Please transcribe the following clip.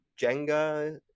jenga